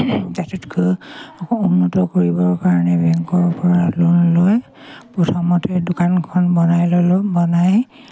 জাতিতকৈ আকৌ উন্নত কৰিবৰ কাৰণে বেংকৰ পৰা লোন লৈ প্ৰথমতে দোকানখন বনাই ল'লো বনাই